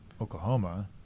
Oklahoma –